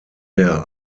der